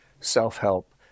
self-help